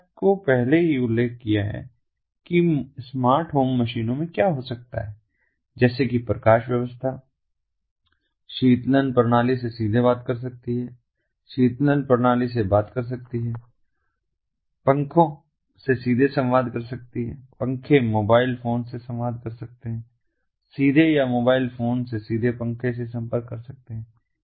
मैंने आपको पहले ही उल्लेख किया है कि स्मार्ट होम मशीनों में क्या हो सकता है जैसे कि प्रकाश व्यवस्था शीतलन प्रणाली से सीधे बात कर सकती है शीतलन प्रणाली से बात कर सकती है पंखों से सीधे संवाद कर सकती है पंखे मोबाइल फोन से संवाद कर सकते हैं सीधे या मोबाइल फोन से सीधे पंखे से संपर्क कर सकते हैं